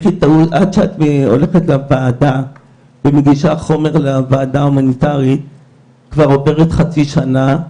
עד שאת הולכת לוועדה ומגישה חומר לוועדה ההומניטארית כבר עוברת חצי שנה,